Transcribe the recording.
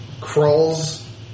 Crawl's